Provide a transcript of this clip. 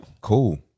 cool